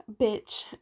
bitch